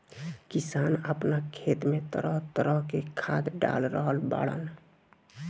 किसान आपना खेत में तरह तरह के खाद डाल रहल बाड़न